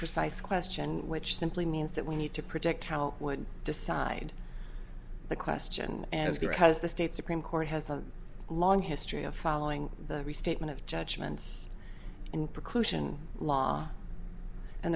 precise question which simply means that we need to protect how would decide the question as because the state supreme court has a long history of following the restatement of judgments in preclusion law and